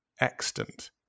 extant